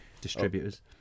distributors